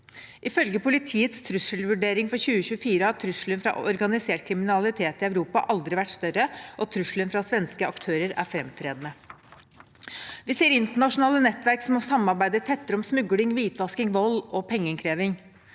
Ifølge politiets trusselvurdering for 2024 har trusselen fra organisert kriminalitet i Europa aldri vært større, og trusselen fra svenske aktører er framtredende. Vi ser internasjonale nettverk som samarbeider tettere om smugling, hvitvasking, vold og pengeinnkreving.